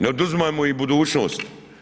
Ne oduzimajmo im budućnost.